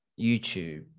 YouTube